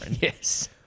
Yes